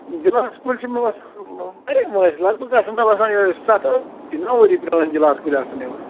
glass کُلۍ چھِ مےٚ باسان واریاہ ٲسۍ لگ بگ آسان مےٚ باسان یِہَے سَتھ ٲٹھ نَو ؤری پرٛٲنۍ گِلاس کُلۍ آسان تِم